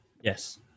yes